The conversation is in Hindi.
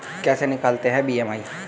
कैसे निकालते हैं बी.एम.आई?